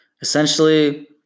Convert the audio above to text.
essentially